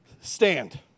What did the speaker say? stand